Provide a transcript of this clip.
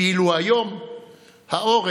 ואילו היום העורף